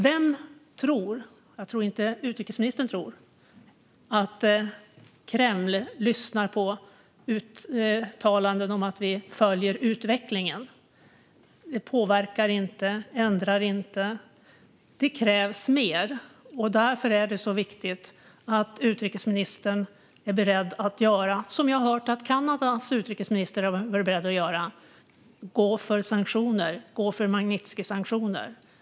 Jag tror inte att utrikesministern tror att Kreml lyssnar på uttalanden om att vi följer utvecklingen. Det påverkar inte och ändrar inte. Det krävs mer. Därför är det viktigt att utrikesministern är beredd att göra det som jag har hört att Kanadas utrikesminister har varit beredd att göra: gå för Magnitskijsanktioner.